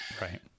right